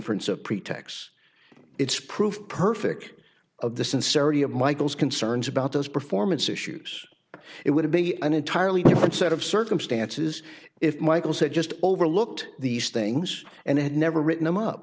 ence of pretexts it's proof perfect of the sincerity of michael's concerns about those performance issues it would be an entirely different set of circumstances if michael said just overlooked these things and had never written him up